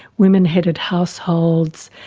women-headed households,